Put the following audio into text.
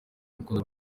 urugo